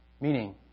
Meaning